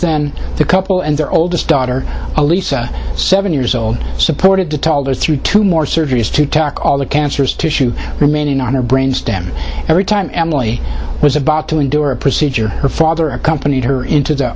then the couple and their oldest daughter elise seven years old supported to tell those through to more surgeries to talk all the cancerous tissue remaining on her brain stem every time emily was about to endure a procedure her father accompanied her into the